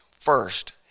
first